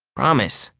promise.